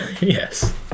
Yes